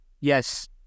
Yes